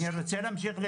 אני רוצה להמשיך לדבר.